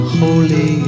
holy